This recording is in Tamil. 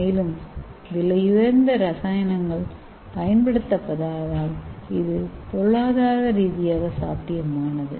மேலும் விலையுயர்ந்த இரசாயனங்கள் பயன்படுத்தப்படாததால் இது பொருளாதாரரீதியாக சாத்தியமானது